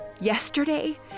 Yesterday